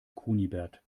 kunibert